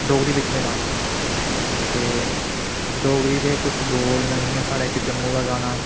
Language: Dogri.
डोगरी बिच में गान्ना होन्नां ते डोगरी दे किश बोल न जि'यां साढ़ा इक जम्मू दा गाना